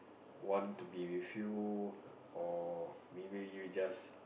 want to be with you or maybe you just